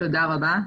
רבה.